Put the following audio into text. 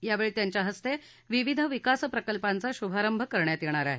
यावेळी त्यांच्या हस्ते विविध विकास प्रकल्पांचा शुभारंभ करण्यात येणार आहे